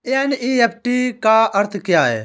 NEFT का अर्थ क्या है?